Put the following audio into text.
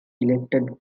elected